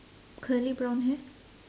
curly brown hair